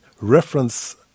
reference